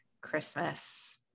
Christmas